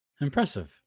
Impressive